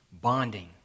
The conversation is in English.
bonding